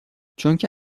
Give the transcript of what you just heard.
چونکه